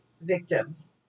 victims